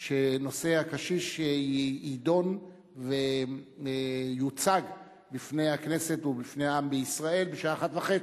שנושא יום הקשיש יידון ויוצג בפני הכנסת ובפני העם בישראל בשעה 13:30,